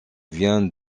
vient